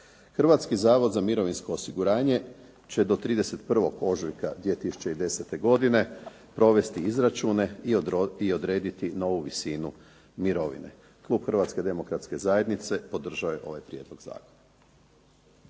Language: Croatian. Hrvatski zavod za mirovinsko osiguranje će do 31. ožujka 2010. godine provesti izračune i odrediti novu visinu mirovinu. Klub Hrvatske demokratske zajednice podržao je ovaj prijedlog zakona.